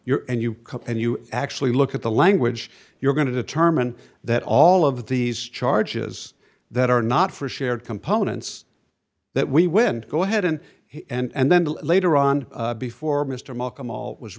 your and you and you actually look at the language you're going to determine that all of these charges that are not for shared components that we win go ahead and and then later on before mr malcolm all was